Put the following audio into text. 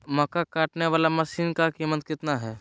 मक्का कटने बाला मसीन का कीमत कितना है?